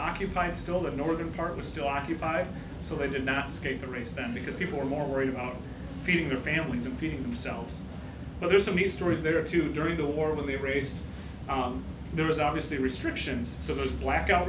occupying still the northern part was still occupied so they did not skate the race down because people are more worried about feeding their families and people themselves but there's so many stories there are two during the war of the race there was obviously restrictions so those blackout